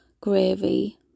gravy